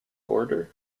order